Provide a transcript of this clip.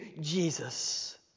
Jesus